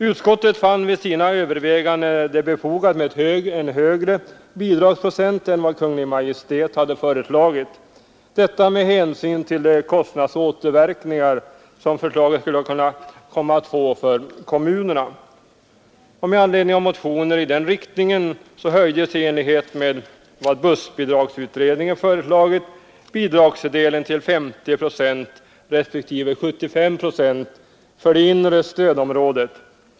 Utskottet fann vid sina överväganden det befogat med en högre bidragsprocent än vad Kungl. Maj:t hade föreslagit, detta med hänsyn till de kostnadsåterverkningar som förslaget skulle kunna få för kommunerna. Med anledning av motioner i den riktningen höjdes, i enlighet med vad bussbidragsutredningen föreslagit, bidragsdelen till 50 procent respektive 75 procent för det inre stödområdet.